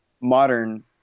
modern